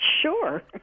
sure